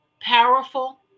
powerful